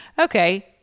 Okay